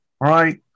right